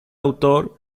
autor